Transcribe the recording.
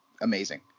amazing